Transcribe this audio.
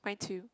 mine too